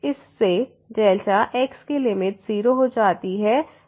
इससे delta x की limit 0 हो जाती है